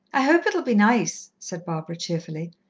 i hope it'll be nice, said barbara cheerfully.